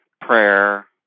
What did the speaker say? prayer